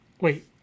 Wait